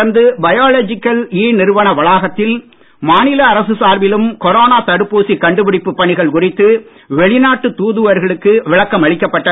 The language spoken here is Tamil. தொடந்து பயோலாஜிகல் இ நிறுவன வளாகத்தில் மாநில அரசு சார்பிலும் கொரோனா தடுப்பூசி கண்டுபிடிப்பு பணிகள் குறித்து வெளிநாட்டு தூதர்களுக்கு விளக்கம் அளிக்கப்பட்டது